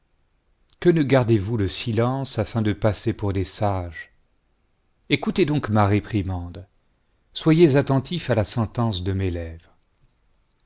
que ne gardez-vous le silence afin de passer pour des sages écoutez donc ma réprimande soyez attentifs la sentence de mes